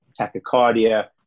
tachycardia